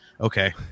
okay